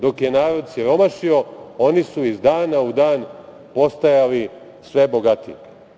Dok je narod siromašio, oni su iz dana u dan postajali sve bogatiji.